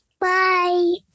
Bye